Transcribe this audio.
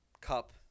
cup